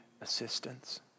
assistance